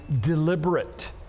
deliberate